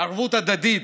ערבות הדדית